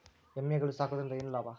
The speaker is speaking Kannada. ಎಮ್ಮಿಗಳು ಸಾಕುವುದರಿಂದ ಏನು ಲಾಭ?